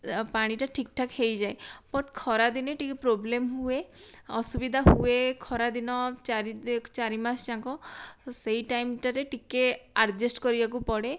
ପାଣି ଟା ଠିକଠାକ ହେଇଯାଏ ବଟ୍ ଖରା ଦିନେ ଟିକେ ପ୍ରୋବ୍ଲେମ୍ ହୁଏ ଅସୁବିଧା ହୁଏ ଖରା ଦିନ ଚାରି ଚାରି ମାସ ଯାକ ସେଇ ଟାଇମଟା ରେ ଟିକେ ଆଡଜଷ୍ଟ କରିବାକୁ ପଡ଼େ